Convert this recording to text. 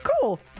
Cool